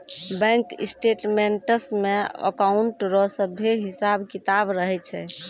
bank statements मे account रो सभे हिसाब किताब रहै छै